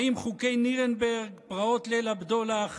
האם חוקי נירנברג, פרעות ליל הבדולח,